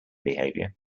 behavior